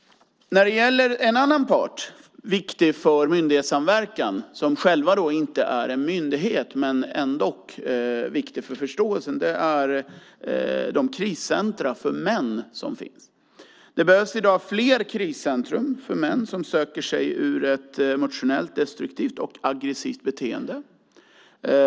När det gäller en annan part, viktig för myndighetssamverkan, som inte är en myndighet men ändock viktig för förståelsen, är de kriscentrum för män som finns. Det behövs i dag fler kriscentrum för män som söker sig ur ett emotionellt destruktivt och aggressivt beteende.